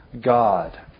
God